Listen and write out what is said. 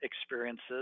experiences